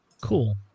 cool